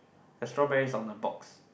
the strawberry is on a box